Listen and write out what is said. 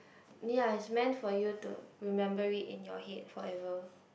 ya it's meant for you to remember it in your head forever